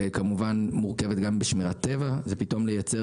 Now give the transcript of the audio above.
וכמובן שגם בשמירת טבע זה מצריך לייצר